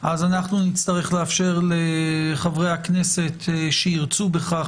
אנחנו נצטרך לאפשר לחברי הכנסת שירצו בכך,